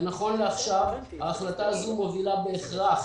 נכון לעכשיו ההחלטה הזו מובילה בהכרח